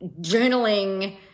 journaling